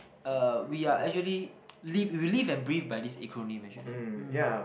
uh we are actually live we live and breathe by this acronym actually hmm